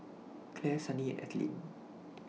Clare Sunny and Ethelene